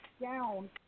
down